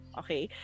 okay